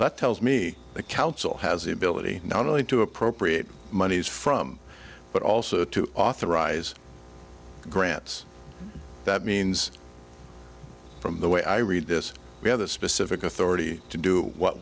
but tells me the council has the ability not only to appropriate monies from but also to authorize grants that means from the way i read this we have the specific authority to do what